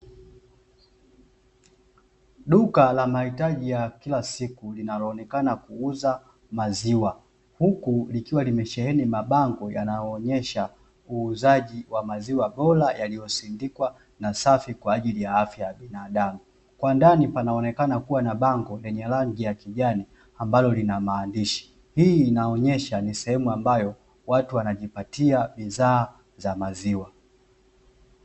Duka la mahitaji ya kila siku linaloonekana kuuza maziwa huku likiwa limesheheni mabango yanayoonyesha uuzaji wa maziwa bora yaliyosindikwa na safi kwa ajili ya afya ya binadamu kwa ndani panaonekana kuwa na bango yenye rangi ya kijani ambalo linamaandishi hii inaonyesha ni sehemu ambayo watu wanajipatia bidhaa za maziwa.